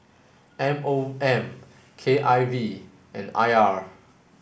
M O M K I V and I R